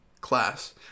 class